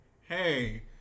Hey